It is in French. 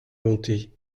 gantée